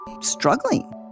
struggling